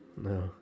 No